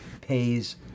pays